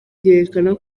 byerekana